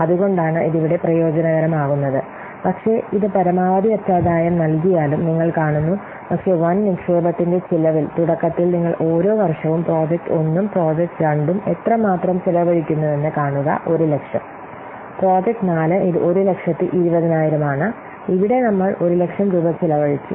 അതുകൊണ്ടാണ് ഇത് ഇവിടെ പ്രയോജനകരമാകുന്നത് പക്ഷേ ഇത് പരമാവധി അറ്റാദായം നൽകിയാലും നിങ്ങൾ കാണുന്നു പക്ഷേ വൻ നിക്ഷേപത്തിന്റെ ചെലവിൽ തുടക്കത്തിൽ നിങ്ങൾ ഓരോ വർഷവും പ്രോജക്റ്റ് 1 ഉം പ്രോജക്റ്റ് 2 ഉം എത്രമാത്രം ചെലവഴിക്കുന്നുവെന്ന് കാണുക 100000 പ്രോജക്റ്റ് 4 ഇത് 120000 ആണ് ഇവിടെ നമ്മൾ 100000 രൂപ ചെലവഴിച്ചു